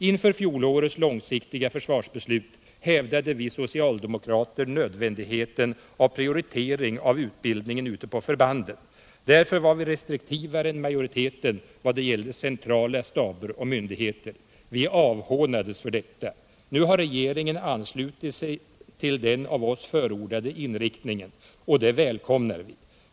Inför fjolårets långsiktiga försvarsbeslut hävdade vi socialdemokrater nödvändigheten av prioritering av utbildningen ute på förbanden. Därför var virestriktivare än majoriteten vad det gällde centrala staber och myndigheter. Viavhånades för detta. Nu har regeringen anslutit sig till den av oss förordade inriktningen, och det välkomnar vi.